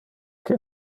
que